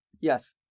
Yes